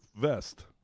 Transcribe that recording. vest